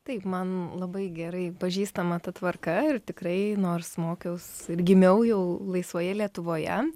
taip man labai gerai pažįstama ta tvarka ir tikrai nors mokiaus ir gimiau jau laisvoje lietuvoje